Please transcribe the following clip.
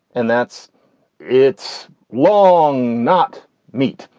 and that's it's long, not meat.